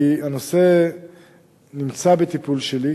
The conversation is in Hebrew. כי הנושא נמצא בטיפול שלי,